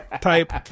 type